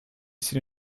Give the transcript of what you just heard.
ici